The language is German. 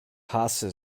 hasse